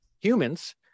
humans